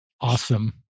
Awesome